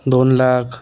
दोन लाख